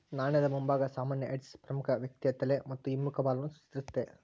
ನಾಣ್ಯದ ಮುಂಭಾಗ ಸಾಮಾನ್ಯ ಹೆಡ್ಸ್ ಪ್ರಮುಖ ವ್ಯಕ್ತಿಯ ತಲೆ ಮತ್ತು ಹಿಮ್ಮುಖ ಬಾಲವನ್ನು ಚಿತ್ರಿಸ್ತತೆ